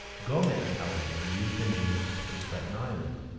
gomez, however, used the name for cape breton island.